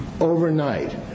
Overnight